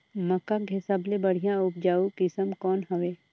मक्का के सबले बढ़िया उपजाऊ किसम कौन हवय?